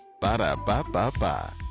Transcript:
Ba-da-ba-ba-ba